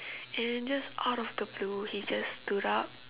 and just out of the blue he just stood up